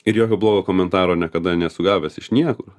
ir jokio blogo komentaro niekada nesu gavęs iš nieko